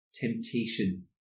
temptation